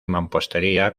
mampostería